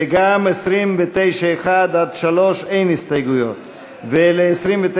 ל-28 אין הסתייגויות וגם ל-29(1)